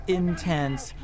intense